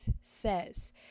says